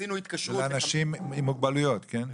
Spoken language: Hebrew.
לאנשים עם מוגבלויות, כן?